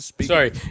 Sorry